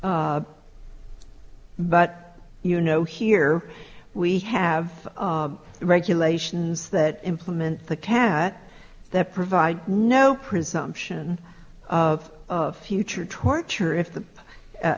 but you know here we have regulations that implement the cat that provide no presumption of future torture if the